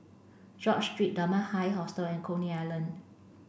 George Street Dunman High Hostel and Coney Island